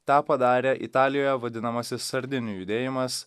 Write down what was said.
tą padarė italijoje vadinamasis sardinių judėjimas